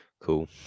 cool